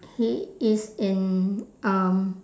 he is in um